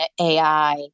AI